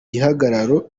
gihagararo